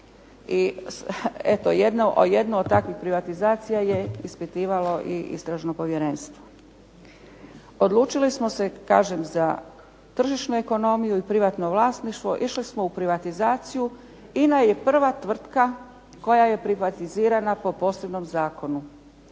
a jedno od takvih privatizacija je ispitivalo i Istražno povjerenstvo. Odlučili smo se kažem za tržišnu ekonomiju i privatno vlasništvu, išli smo u privatizaciju, INA je prva tvrtka koja je privatizirana po posebnom zakonu.